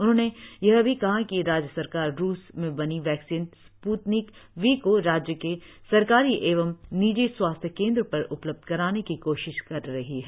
उन्होंने यह भी कहा कि राज्य सरकार रुस में बनी वैक्सीन स्पृतनिक वी को राज्य के सरकारी एवं निजी स्वास्थ्य केंद्रों पर उपलब्ध कराने की कोशिश कर रही है